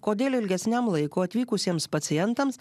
kodėl ilgesniam laikui atvykusiems pacientams